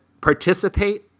participate